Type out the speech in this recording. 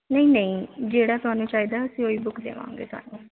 ਨਹੀਂ ਨਹੀਂ ਜਿਹੜਾ ਤੁਹਾਨੂੰ ਚਾਹੀਦਾ ਅਸੀਂ ਉਹੀ ਬੁੱਕ ਦੇਵਾਂਗੇ ਤੁਹਾਨੂੰ